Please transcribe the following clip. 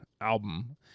album